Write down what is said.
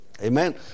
Amen